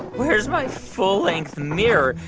where's my full-length mirror?